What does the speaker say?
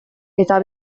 eta